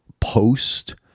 post